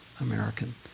American